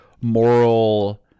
moral